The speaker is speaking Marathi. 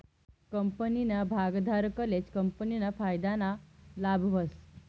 कंपनीना भागधारकलेच कंपनीना फायदाना लाभ व्हस